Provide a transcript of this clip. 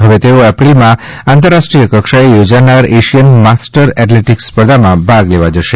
હવે તેઓ એપ્રિલમાં આંતરરાષ્ટ્રીય કક્ષાએ યોજાનાર એશીયન માસ્ટર એથ્લેટીકસ સ્પર્ધામાં ભાગ લેવા જશે